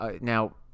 now